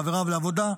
חבריו לעבודה,